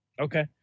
Okay